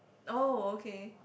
oh okay